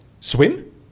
Swim